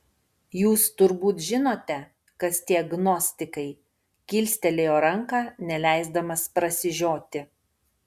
jūs turbūt žinote kas tie gnostikai kilstelėjo ranką neleisdamas prasižioti